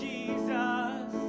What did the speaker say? Jesus